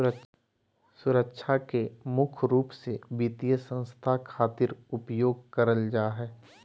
सुरक्षा के मुख्य रूप से वित्तीय संस्था खातिर उपयोग करल जा हय